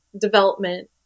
development